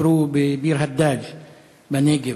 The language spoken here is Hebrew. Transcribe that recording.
ביקרו בביר-הדאג' בנגב.